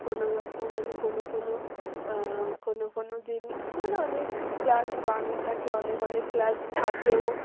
কোনও রকম মানে কোনও কোনও কোনও কোনও দিন মানে অনেক ক্লাস বাঙ্ক থাকে অনেক অনেক ক্লাস থাকেও